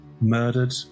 murdered